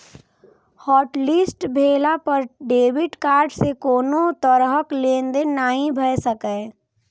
hotlist भेला पर debit card सं कोनो तरहक लेनदेन नहि भए सकैए